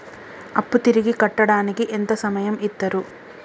అప్పు తిరిగి కట్టడానికి ఎంత సమయం ఇత్తరు?